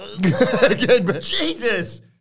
Jesus